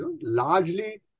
largely